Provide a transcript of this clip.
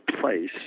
place